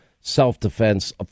self-defense